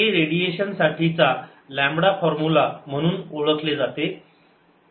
हे रेडिएशन साठी चे लांबडा फॉर्मुला म्हणून ओळखले जाते